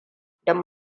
don